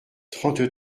trente